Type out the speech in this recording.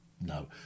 no